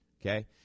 okay